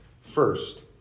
first